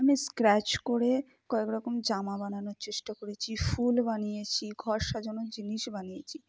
আমি স্ক্র্যাচ করে কয়েক রকম জামা বানানোর চেষ্টা করেছি ফুল বানিয়েছি ঘর সাজানোর জিনিস বানিয়েছি